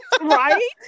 right